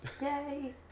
Yay